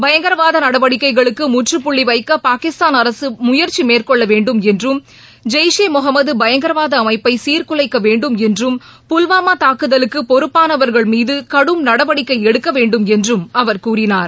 பயங்கரவாத நடவடிக்கைகளுக்கு முற்றுபுள்ளி வைக்க பாகிஸ்தான் அரசு முயற்சி மேற்கொள்ள வேண்டும் என்றும் ஜெய்ஷ் ஈ முகமத் பயங்கரவாத அமைப்பை சீர்குலைக்க வேண்டும் என்றும் புல்வாமா தாக்குதலுக்கு பொறப்பானவர்கள் மீது கடும் நடவடிக்கை எடுக்கவேண்டும் என்றும் அவர் கூறினார்